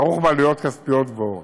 הוא כרוך בעלויות כספיות גבוהות.